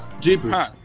jeepers